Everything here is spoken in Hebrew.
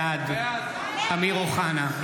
בעד אמיר אוחנה,